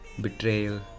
betrayal